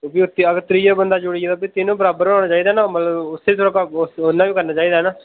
क्योंकि त्रीआ बंदा जुड़ी गेआ ते फ्ही तिन्नो बराबर के होने चाहिदे ना मतलब उस्सै तरह कम्म उन्नै बी करना चाही दा ना